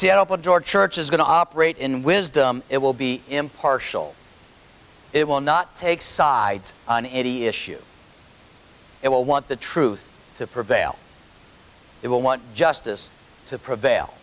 seattle george church is going to operate in wisdom it will be impartial it will not take sides on any issue it will want the truth to prevail it will want justice to prevail